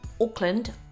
Auckland